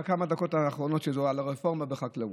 בכמה הדקות האחרונות, על הרפורמה בחקלאות.